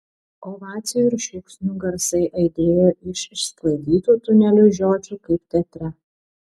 ovacijų ir šūksnių garsai aidėjo iš išsklaidytų tunelių žiočių kaip teatre